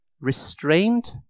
restrained